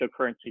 cryptocurrencies